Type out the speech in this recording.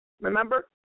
Remember